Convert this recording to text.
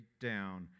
down